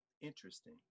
Interesting